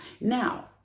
Now